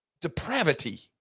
depravity